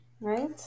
Right